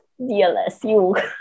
DLSU